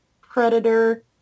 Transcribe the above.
Predator